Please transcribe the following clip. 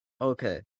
Okay